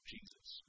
Jesus